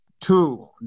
two